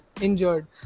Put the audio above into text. injured